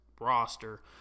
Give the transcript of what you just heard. roster